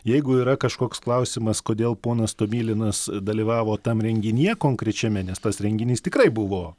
jeigu yra kažkoks klausimas kodėl ponas tomilinas dalyvavo tam renginyje konkrečiame nes tas renginys tikrai buvo